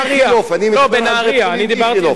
אני מדבר על בית-חולים "איכילוב",